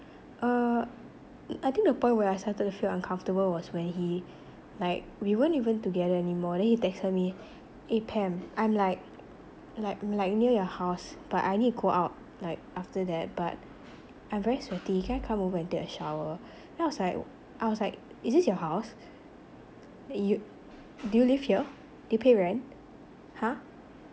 um I think the point where I started to feel uncomfortable was when he like we weren't even together anymore then he texted me eh pam I'm like like like near your house but I need to go out like after that but I'm very sweaty can I come over and take a shower then I was like I was like is this your house you do you live here do you pay rent !huh!